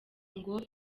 ngo